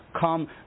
come